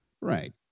Right